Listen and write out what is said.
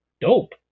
dope